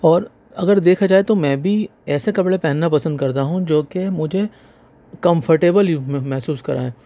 اور اگر دیکھا جائے تو میں بھی ایسے کپڑے پہننا پسند کرتا ہوں جو کہ مجھے کمفٹیبل محسوس کرائے